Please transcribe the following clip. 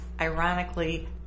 ironically